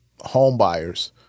homebuyers